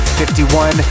51